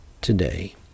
today